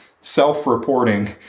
self-reporting